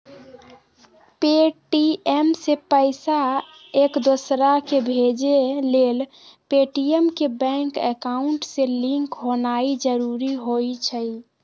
Paytm से पईसा एकदोसराकेँ भेजे लेल पेटीएम के बैंक अकांउट से लिंक होनाइ जरूरी होइ छइ